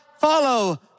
follow